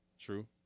True